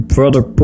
Brother